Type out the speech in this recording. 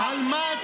-- גם אתמול, למה?